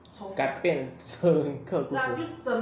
改变整个故事